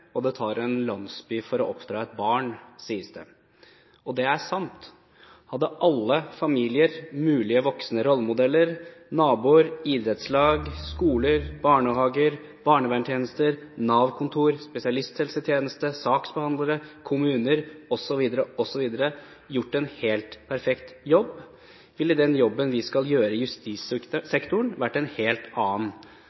reparere. Det tar en landsby for å oppdra et barn, sies det. Det er sant. Hadde alle familier voksne rollemodeller, og alle naboer, idrettslag, skoler, barnehager, barnevernstjenester, Nav-kontor, spesialisthelsetjeneste, saksbehandlere, kommuner osv., osv. gjort en helt perfekt jobb, ville den jobben vi skal gjøre i